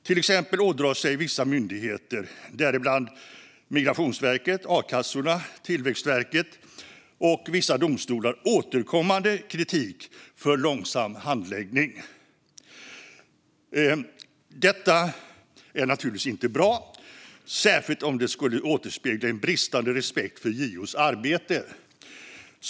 Till exempel ådrar sig vissa myndigheter, däribland Migrationsverket, a-kassorna, Tillväxtverket och vissa domstolar, återkommande kritik för långsam handläggning. Detta är naturligtvis inte bra, särskilt om det skulle återspegla en bristande respekt för JO:s arbete.